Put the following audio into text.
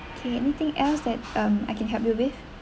okay anything else that um I can help you with